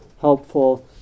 helpful